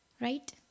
Right